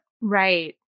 Right